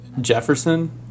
Jefferson